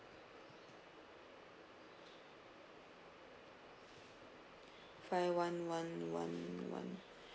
five one one one one